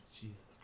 Jesus